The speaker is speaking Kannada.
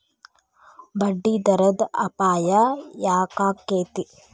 ಬಡ್ಡಿದರದ್ ಅಪಾಯ ಯಾಕಾಕ್ಕೇತಿ?